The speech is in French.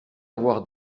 avoir